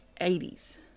80s